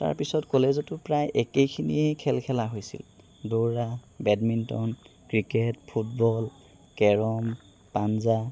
তাৰপিছত কলেজটো প্ৰায় একেখিনিয়ে খেল খেলা হৈছিল দৌৰা বেডমিণ্টন ক্ৰিকেট ফুটবল কেৰম পাঞ্জা